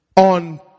On